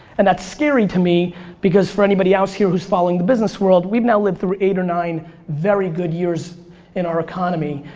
and that's scary to me because for anybody else here who's following the business world, we've now lived through eight or nine very good years in our economy.